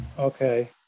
Okay